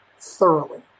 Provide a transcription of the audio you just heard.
thoroughly